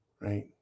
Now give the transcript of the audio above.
right